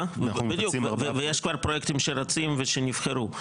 בדיוק, ויש כבר פרויקטים שרצים ושנבחרו.